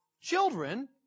children